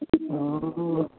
अ